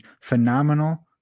phenomenal